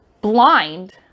Blind